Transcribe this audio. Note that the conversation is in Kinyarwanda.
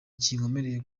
kinkomereye